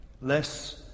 less